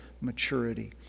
maturity